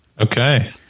Okay